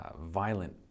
violent